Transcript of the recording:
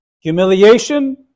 humiliation